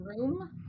room